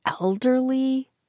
elderly